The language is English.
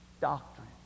doctrine